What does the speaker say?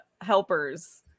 helpers